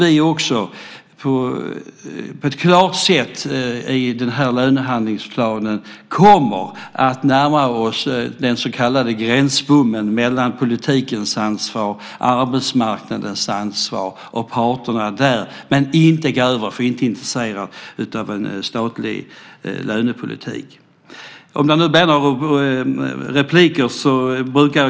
I lönehandlingsplanen kommer vi på ett klart sätt att närma oss den så kallade gränsbommen mellan politikens ansvar, arbetsmarknadens ansvar och parterna där. Men vi är inte intresserade av att gå över till att diskutera statlig lönepolitik.